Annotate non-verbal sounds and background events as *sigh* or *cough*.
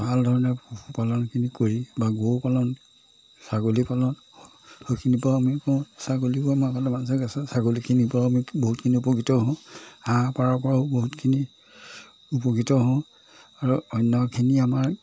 ভাল ধৰণে পশুপালনখিনি কৰি বা গৰু পালন ছাগলী পালন সেইখিনিৰ পৰাও আমি কওঁ ছাগলীবোৰ আমাৰ *unintelligible* ছাগলীখিনিৰ পৰাও আমি বহুতখিনি উপকৃত হওঁ হাঁহ পাৰৰ পৰাও বহুতখিনি উপকৃত হওঁ আৰু অন্যখিনি আমাৰ